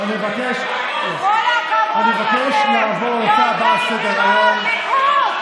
אנחנו עוברים לנושא הבא על סדר-היום,